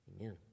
Amen